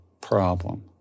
problem